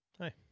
Hi